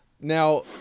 Now